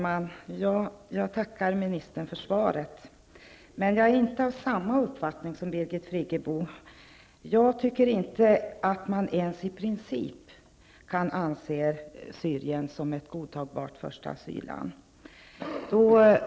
Herr talman! Jag tackar ministern för svaret, men jag är inte av samma uppfattning som Birgit Friggebo. Jag tycker inte att man ens i princip kan anse Syrien som ett godtagbart första asylland.